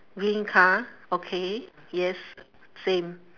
green car okay yes same